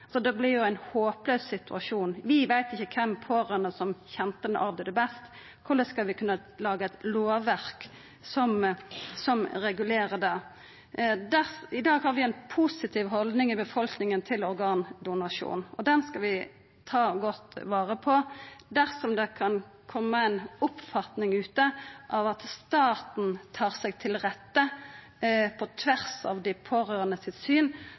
det vert jo ein håplaus situasjon. Vi veit ikkje kva for pårørande som kjende den avdøde best, og korleis skal vi kunna laga eit lovverk som regulerer det? I dag har vi ei positiv haldning i befolkninga til organdonasjon, og den skal vi ta godt vare på. Dersom det kan koma ei oppfatning ute av at staten tar seg til rette på tvers av dei pårørande sitt syn,